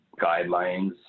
guidelines